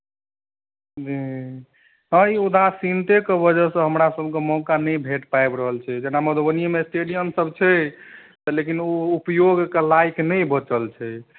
जी हँ ई उदासीनतेके वजहसँ हमरासभकेँ मौका नहि भेट पाबि रहल छै जेना मधुबनीमे स्टेडियमसभ छै लेकिन ओ उपयोगके लायक नहि बचल छै